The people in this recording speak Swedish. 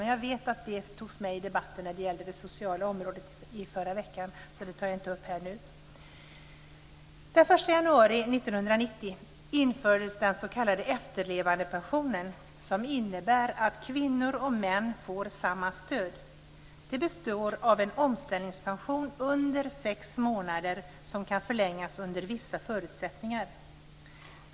Men jag vet att det togs med i debatten om det sociala området i förra veckan, så det tar jag inte upp nu. Den 1 januari 1990 infördes den s.k. efterlevandepensionen, som innebär att kvinnor och män får samma stöd. Det består av en omställningspension under sex månader som kan förlängas under vissa förutsättningar.